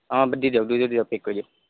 অঁ দি দিয়ক দুইযোৰ দিয়ক পেক্ কৰি দিয়ক